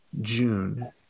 June